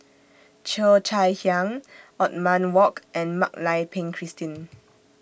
Cheo Chai Hiang Othman Wok and Mak Lai Peng Christine